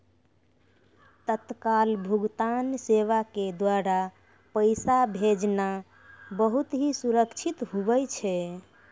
तत्काल भुगतान सेवा के द्वारा पैसा भेजना बहुत ही सुरक्षित हुवै छै